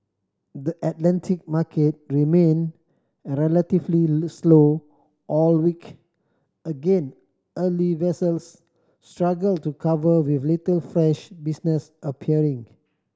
the Atlantic market remained relatively slow all week again early vessels struggled to cover with little fresh business appearing